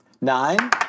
Nine